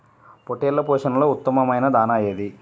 పొట్టెళ్ల పోషణలో ఉత్తమమైన దాణా ఏది?